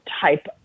type